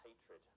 hatred